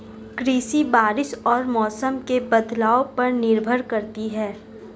कृषि बारिश और मौसम के बदलाव पर निर्भर करती है